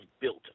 built